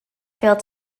failed